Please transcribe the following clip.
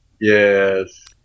Yes